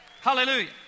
Hallelujah